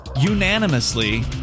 unanimously